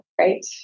right